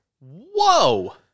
Whoa